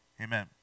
Amen